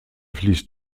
fließt